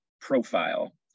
profile